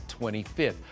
25th